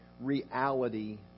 reality